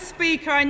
Speaker